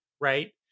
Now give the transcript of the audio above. right